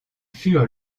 furent